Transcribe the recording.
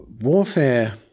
warfare